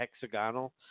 hexagonal